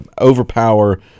overpower